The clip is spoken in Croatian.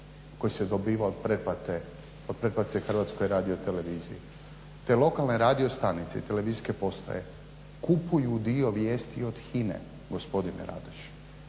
koji se dobiva od pretplate HRT-u. Te lokalne radiostanice i televizijske postaje kupuju dio vijesti od HINA-e gospodine Radoš